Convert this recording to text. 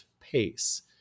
pace